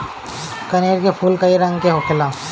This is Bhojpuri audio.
कनेर के फूल कई रंग के होखेला